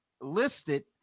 listed